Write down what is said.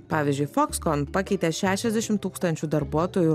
pavyzdžiui fokskon pakeitė šešiasdešimt tūkstančių darbuotojų